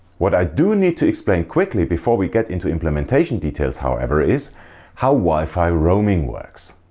what i do need to explain quickly before we get into implementation details however is how wi-fi roaming works.